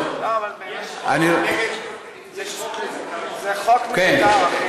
זה חוק מיותר.